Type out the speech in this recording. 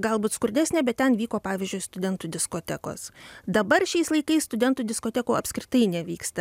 galbūt skurdesnė bet ten vyko pavyzdžiui studentų diskotekos dabar šiais laikais studentų diskotekų apskritai nevyksta